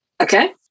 Okay